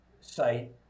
site